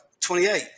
28